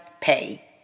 pay